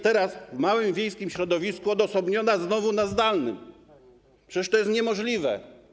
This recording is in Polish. Teraz w małym wiejskim środowisku odosobniona, znowu na zdalnej - przecież to jest niemożliwe.